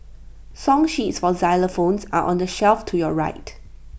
song sheets for xylophones are on the shelf to your right